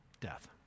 Death